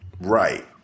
Right